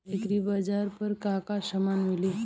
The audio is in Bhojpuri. एग्रीबाजार पर का का समान मिली?